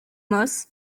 moss